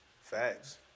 Facts